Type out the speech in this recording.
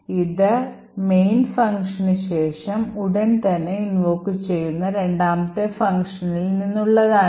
കാരണം ഇത് main ഫംഗ്ഷന് ശേഷം ഉടൻ തന്നെ Invoke ചെയ്യുന്ന രണ്ടാമത്തെ ഫംഗ്ഷനിൽ നിന്നുള്ളതാണ്